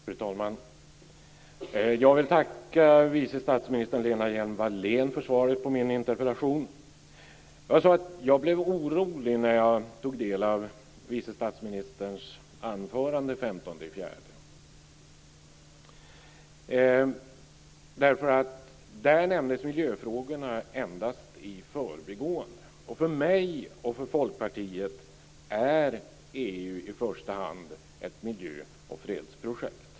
Fru talman! Jag vill tacka vice statsminister Lena Hjelm-Wallén för svaret på min interpellation. Jag blev orolig när jag tog del av vice statsministerns anförande den 15 april. Där nämndes nämligen miljöfrågorna endast i förbigående. För mig och för Folkpartiet är EU i första hand ett miljö och fredsprojekt.